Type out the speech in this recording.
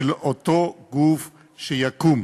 של אותו גוף שיקום.